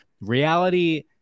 reality